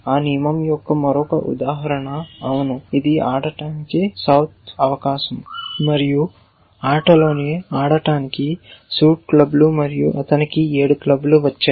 ఆ నియమం యొక్క మరొక ఉదాహరణ అవును ఇది ఆడటానికి దక్షిణ మలుపులు ఆటలోని సూట్ క్లబ్బులు మరియు అతనికి 7 క్లబ్లు వచ్చాయి